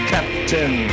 Captain